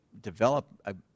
develop